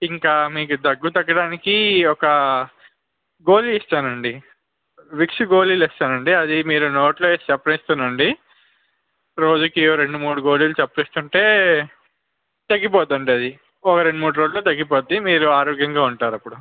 ఇంకా మీకు దగ్గు తగ్గడానికి ఒక గోళీ ఇస్తాను అండి విక్స్ గోళీలు ఇస్తాను అండి అది మీరు నోట్లో వేసి చప్పరిస్తూ ఉండండి రోజుకి ఓ రెండు మూడు గోళీలు చప్పరిస్తూ ఉంటే తగ్గిపోతుంది అది అది ఒక రెండు మూడు రోజుల్లో తగ్గిపోతుంది మీరు ఆరోగ్యంగా ఉంటారు అప్పుడు